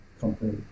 company